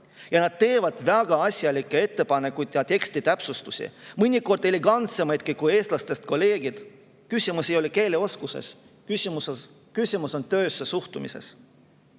Ja nad teevad väga asjalikke ettepanekuid ja täpsustusi teksti, mõnikord elegantsemaidki kui eestlastest kolleegid. Küsimus ei ole keeleoskuses, küsimus on töösse suhtumises.